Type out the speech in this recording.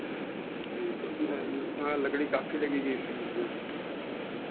जी तो इसमें हाँ लकड़ी काफी लगेगी इसमें